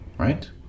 Right